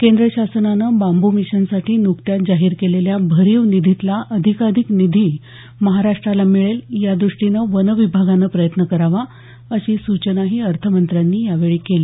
केंद्र शासनानं बांबू मिशनसाठी नुकत्याच जाहीर केलेल्या भरीव निधीतला अधिकाधिक निधी महाराष्ट्राला मिळेल याद्रष्टीने वन विभागानं प्रयत्न करावा अशी सूचनाही अर्थमंत्र्यांनी यावेळी केली